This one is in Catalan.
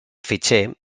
fitxer